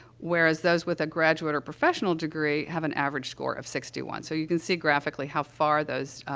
whereas those with a graduate or professional degree have an average score of sixty one. so, you can see, graphically, how far those, ah,